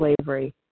slavery